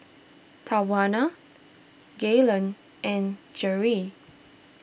Tawana Galen and Geri